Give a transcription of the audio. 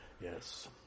Yes